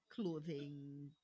clothing